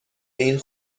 این